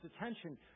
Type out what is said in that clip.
attention